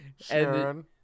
sharon